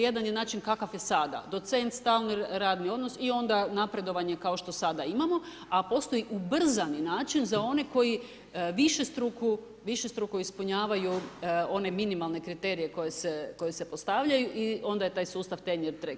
Jedan je način kakav je sada, docent stalni radni odnos i onda napredovanje kao što sada imamo, a postoji ubrzani način za one koji višestruko ispunjavaju one minimalne kriterije koji se postavljaju, onda je taj sustav tenior track.